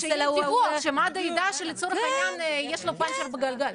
שיהיה דיווח שמד"א ידע שלצורך העניין יש לו פנצ'ר בגלגל.